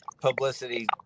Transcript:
publicity